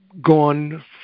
gone